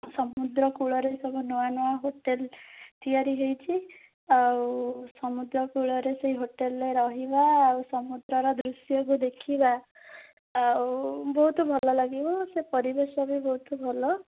ସମୁଦ୍ର କୂଳରେ ସବୁ ନୂଆ ନୂଆ ହୋଟେଲ୍ ତିଆରି ହେଇଛି ଆଉ ସମୁଦ୍ର କୂଳରେ ସେଇ ହୋଟେଲ୍ରେ ରହିବା ଆଉ ସମୁଦ୍ରର ଦୃଶ୍ୟ ଯେ ଦେଖିବା ଆଉ ବହୁତ ଭଲ ଲାଗିବ ସେ ପରିବେଶ ବି ବହୁତ ଭଲ